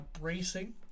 bracing